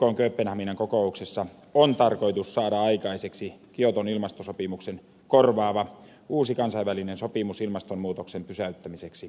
ykn kööpenhaminan kokouksessa on tarkoitus saada aikaiseksi kioton ilmastosopimuksen korvaava uusi kansainvälinen sopimus ilmastonmuutoksen pysäyttämiseksi